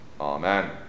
Amen